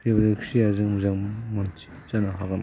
बेबायदि जायखि जाया जों मानसि जानो हागोन